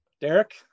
Derek